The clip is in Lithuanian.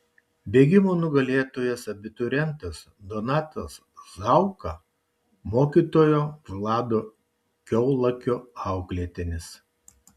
bėgimo nugalėtojas abiturientas donatas zauka mokytojo vlado kiaulakio auklėtinis